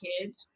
kid